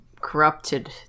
corrupted